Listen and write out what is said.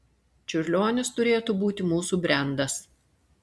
čiurlionis turėtų būti mūsų brendas